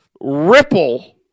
Ripple